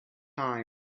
time